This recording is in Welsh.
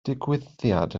digwyddiad